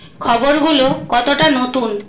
খবরগুলো কতটা নতুন